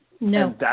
No